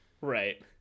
right